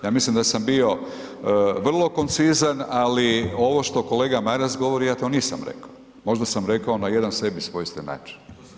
Ja mislim da sam bio vrlo koncizan, ali ovo što kolega Maras govori ja to nisam rekao, možda sam rekao na jedan sebi svojstven način.